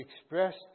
expressed